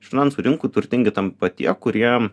iš finansų rinkų turtingi tampa tie kurie